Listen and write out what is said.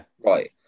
Right